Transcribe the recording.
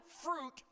fruit